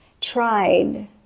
Tried